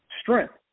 strength